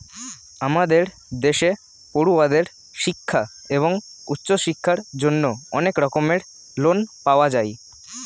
আমাদের দেশে পড়ুয়াদের শিক্ষা এবং উচ্চশিক্ষার জন্য অনেক রকমের লোন পাওয়া যায়